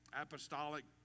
apostolic